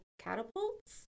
catapults